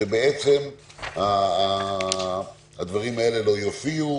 שבעצם הדברים האלה לא יופיעו,